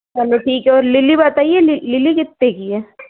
चलो ठीक है और लिली बताइए लिली कितने की है